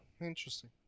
interesting